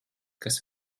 kas